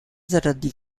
zaradi